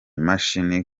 mashini